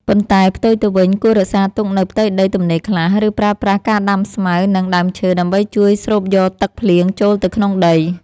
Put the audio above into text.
ប៉ុន្តែផ្ទុយទៅវិញ គួររក្សាទុកនូវផ្ទៃដីទំនេរខ្លះ ឬប្រើប្រាស់ការដាំស្មៅ និងដើមឈើដើម្បីជួយស្រូបយកទឹកភ្លៀងចូលទៅក្នុងដី។